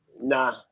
Nah